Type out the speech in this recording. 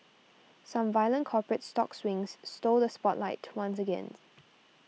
some violent corporate stock swings stole the spotlight once again